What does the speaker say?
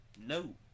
No